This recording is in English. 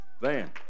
van